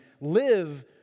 live